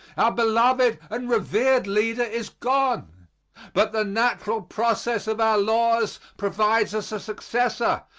our beloved and revered leader is gone but the natural process of our laws provides us a successor,